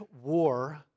war